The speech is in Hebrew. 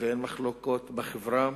ואין מחלוקות בחברה,